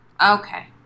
Okay